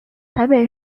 台北